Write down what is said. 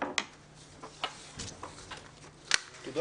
בשעה 10:49.